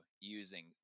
using